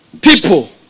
people